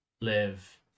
Live